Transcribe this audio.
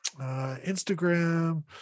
Instagram